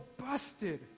busted